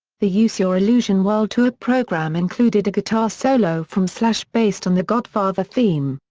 the use your illusion world tour program included a guitar solo from slash based on the godfather theme,